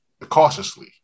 cautiously